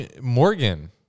Morgan